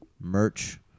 merch